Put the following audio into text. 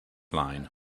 line